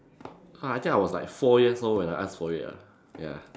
!huh! I think I was like four years old when I asked for it ah ya